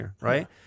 right